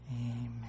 Amen